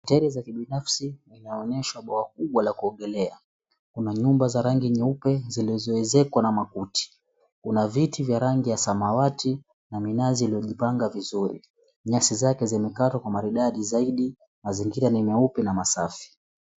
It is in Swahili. Hoteli za kibinafsi inaonyesha bwawa kubwa ya kuogelea. Kuna nyumba za rangi nyeupe zilizoezekwa na makuti. Kuna viti vya rangi ya samawati na minazi iliyojipanga vizuri. Nyasi zake zimekatwa kwa maridadi zaidi na zingine ni meupe na masafi.